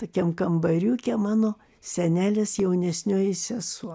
tokiam kambariuke mano senelės jaunesnioji sesuo